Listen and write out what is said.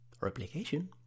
replication